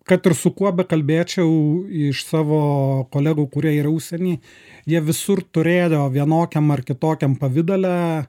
kad ir su kuo bekalbėčiau iš savo kolegų kurie yra užsieny jie visur turėjo vienokiam ar kitokiam pavidale